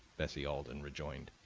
bessie alden rejoined.